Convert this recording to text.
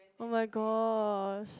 oh-my-gosh